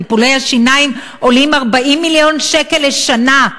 טיפולי השיניים עולים 40 מיליון שקל לשנה.